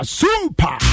super